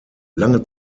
lange